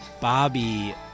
Bobby